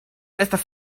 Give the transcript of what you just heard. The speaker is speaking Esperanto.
estas